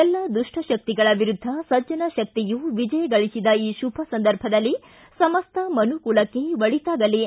ಎಲ್ಲ ದುಷ್ಟಶಕ್ತಿಗಳ ವಿರುದ್ಧ ಸಜ್ಜನಶಕ್ತಿಯು ವಿಜಯ ಗಳಿಸಿದ ಈ ಶುಭ ಸಂದರ್ಭದಲ್ಲಿ ಸಮಸ್ತ ಮನುಕುಲಕ್ಕೆ ಒಳಿತಾಗಲಿ